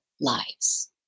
lives